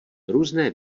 různé